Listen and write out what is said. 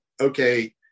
okay